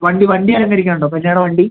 വണ്ടി വണ്ടി അലങ്കരിക്കാൻ ഉണ്ടോ കല്ല്യാണവണ്ടി